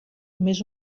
més